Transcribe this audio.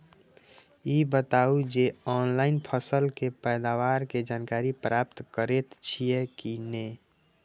ई बताउ जे ऑनलाइन फसल के पैदावार के जानकारी प्राप्त करेत छिए की नेय?